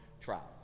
trial